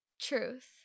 Truth